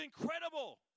incredible